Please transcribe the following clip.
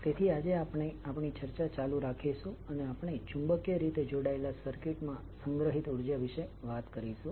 તેથી આજે આપણે આપણી ચર્ચા ચાલુ રાખીશું અને આપણે ચુંબકીય રીતે જોડાયેલા સર્કિટ માં સંગ્રહિત ઉર્જા વિશે વાત કરીશું